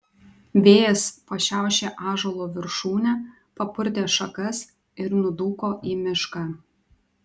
vėjas pašiaušė ąžuolo viršūnę papurtė šakas ir nudūko į mišką